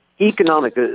economic